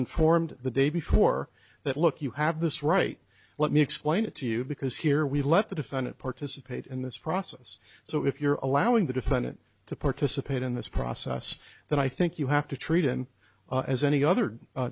informed the day before that look you have this right let me explain it to you because here we let the defendant participate in this process so if you're allowing the defendant to participate in this process then i think you have to treat him as any other